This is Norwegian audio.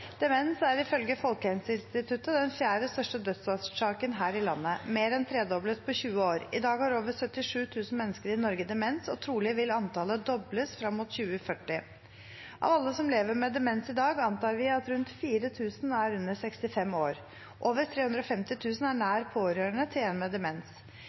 Demens er ifølge Folkehelseinstituttet den fjerde største dødsårsaken her i landet, mer enn tredoblet på 20 år. I dag har over 77 000 mennesker i Norge demens, og trolig vil antallet dobles frem mot 2040. Av alle som lever med demens i dag, antar vi at rundt 4 000 er under 65 år. Over 350 000 er nær pårørende til en med demens.